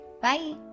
Bye